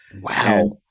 wow